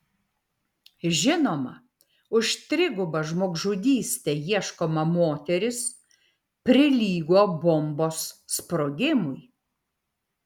žinoma už trigubą žmogžudystę ieškoma moteris prilygo bombos sprogimui